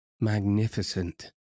magnificent